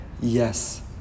yes